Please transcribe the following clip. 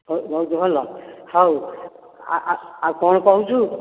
ହଉ ବହୁତ ଭଲ ହଉ ଆଉ କ'ଣ କହୁଛୁ